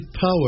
power